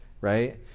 Right